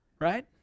right